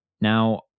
Now